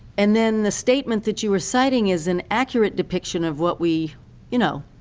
and then the statement that you are citing is an accurate depiction of what we you know,